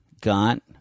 got